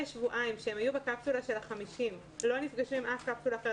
שבועיים שבהם הם היו בקפסולה של ה-50 ולא נפגשו עם אף קפסולה אחרת,